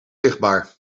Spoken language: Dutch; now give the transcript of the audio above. zichtbaar